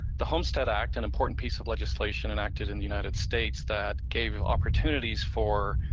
the homestead act, an important piece of legislation enacted in the united states that gave opportunities for